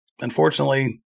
unfortunately